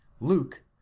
Luke